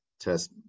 test